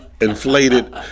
inflated